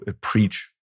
preach